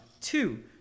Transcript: Two